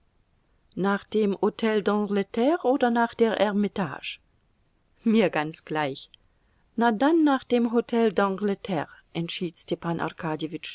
nach dem hotel d'angleterre oder nach der eremitage mir ganz gleich na dann nach dem hotel d'angleterre entschied stepan